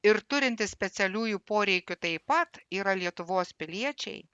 ir turintys specialiųjų poreikių taip pat yra lietuvos piliečiai